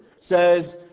says